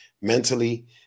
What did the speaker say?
mentally